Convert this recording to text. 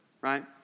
Right